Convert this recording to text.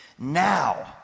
Now